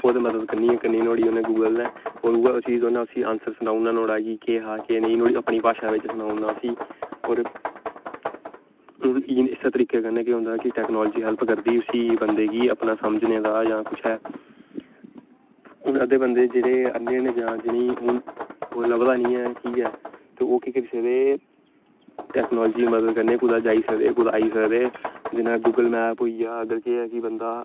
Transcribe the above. ओह् ते मदद करनी गै करनी नुहाड़ी उन्नै गूगल ने होर उ'ऐ चीज उन्नै आंसर सनाई ओड़ना नुहाड़ा कि केह् हा कि केह् नेईं नुहाड़ी अपनी भाशा बिच्च सनाई ओड़ना उसी होर इस्सै तरीकै कन्नै केह् होंदा कि टैकनालजी हैल्प करदी उसी बंदे गी अपना समझने दा जां कुछ ऐ हून अद्धे बंदे जेह्ड़े अन्ने न जां जिनेंगी हून लभदा निं ऐ ठीक ऐ ते ओह् केह् करी सकदे टैकनालजी दी मदद कन्नै कुदै जाई सकदे कुदै आई सकदे जियां गूगल मैप होई गेआ अगर केह् ऐ कि बंदा